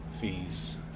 fees